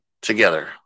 together